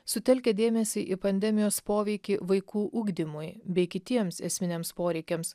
sutelkia dėmesį į pandemijos poveikį vaikų ugdymui bei kitiems esminiams poreikiams